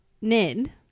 Ned